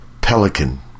Pelican